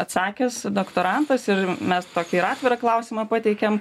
atsakęs doktorantas ir mes tokį ir atvirą klausimą pateikėm